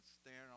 staring